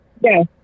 Yes